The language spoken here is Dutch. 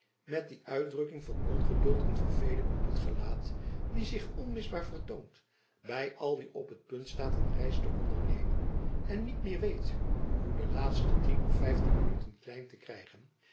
toet die uitdrukking van ongeduld en verveeling op t gelaat die zich onmisbaar vertoont by al wie op t punt staat van een reis te ondernemen en niet meer weet hoe de laatste tien of vijftien minuten klein te krijgen